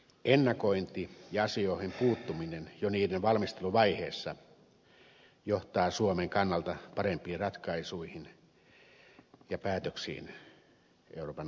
ennakointi ja asioihin puuttuminen jo niiden valmisteluvaiheessa johtaa suomen kannalta parempiin ratkaisuihin ja päätöksiin euroopan unionissa